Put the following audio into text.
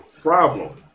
problem